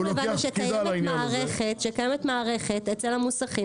אנחנו הבנו שקיימת מערכת אצל המוסכים